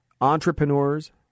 entrepreneurs